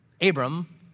Abram